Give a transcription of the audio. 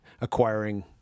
acquiring—